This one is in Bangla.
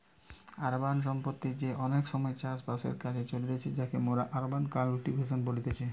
আরবান বসতি তে অনেক সময় চাষ বাসের কাজ চলতিছে যাকে মোরা আরবান কাল্টিভেশন বলতেছি